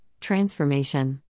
Transformation